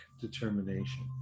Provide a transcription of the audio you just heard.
determination